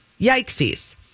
Yikesies